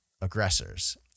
aggressors